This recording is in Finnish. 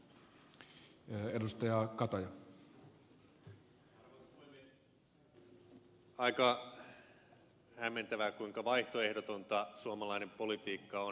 aika hämmentävää kuinka vaihtoehdotonta suomalainen politiikka on